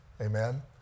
Amen